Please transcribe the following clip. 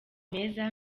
meza